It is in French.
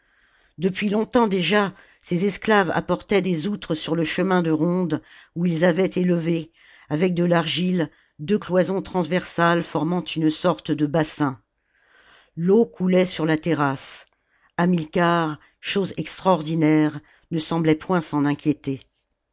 depuis longtemps déjà ses esclaves apportaient des outres sur le chemin de ronde où ils avaient élevé avec de l'argile deux cloisons transversales formant une sorte de bassin l'eau coulait sur la terrasse hamilcar chose extraordinaire ne semblait point s'en inquiéter